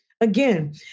again